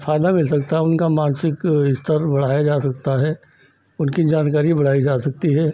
फ़ायदा मिल सकता है उनका मानसिक स्तर बढ़ाया जा सकता है उनकी जानकारी बढ़ाई जा सकती है